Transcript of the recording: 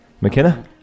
McKenna